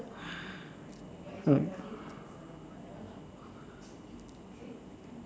mm